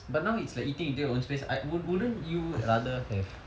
but now it's like eating into your own space I would wouldn't you rather have